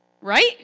Right